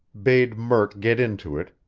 bade murk get into it,